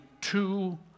two